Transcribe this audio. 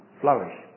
flourish